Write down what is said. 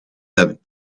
have